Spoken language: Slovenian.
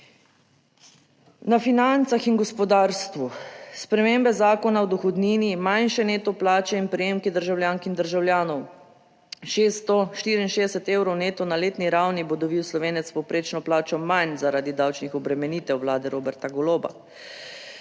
Na financah in gospodarstvu spremembe Zakona o dohodnini, manjše neto plače in prejemki državljank in državljanov, 664 evrov neto na letni ravni bo dobil Slovenec povprečno plačo manj zaradi davčnih obremenitev Vlade Roberta Goloba,